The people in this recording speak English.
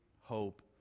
hope